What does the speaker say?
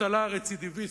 אבטלה רצידיביסטית.